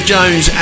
Jones